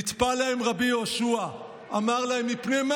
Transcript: נטפל להם רבי יהושע אמר להם: מפני מה